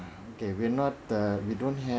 okay we're not err we don't have